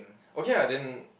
okay ah then